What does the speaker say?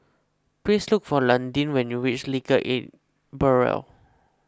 please look for Landyn when you reach Legal Aid Bureau